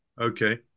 Okay